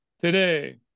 today